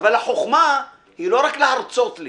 אבל החוכמה היא לא רק להרצות לי